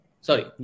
Sorry